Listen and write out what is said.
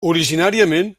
originàriament